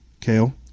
Kale